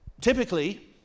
Typically